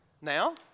Now